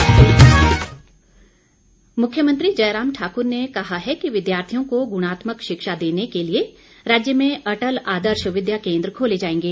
मुख्यमंत्री मुख्यमंत्री जयराम ठाकुर ने कहा है कि विद्यार्थियों को गुणात्मक शिक्षा देने को लिए राज्य में अटल आदर्श विद्या केन्द्र खोले जाएंगे